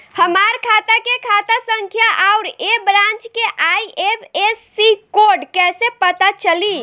हमार खाता के खाता संख्या आउर ए ब्रांच के आई.एफ.एस.सी कोड कैसे पता चली?